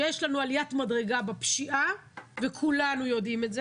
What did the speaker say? שיש לנו עליית מדרגה בפשיעה כולנו יודעים את זה,